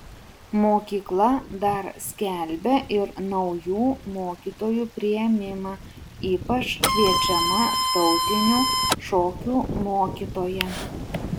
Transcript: mokykla dar skelbia ir naujų mokytojų priėmimą ypač kviečiama tautinių šokių mokytoja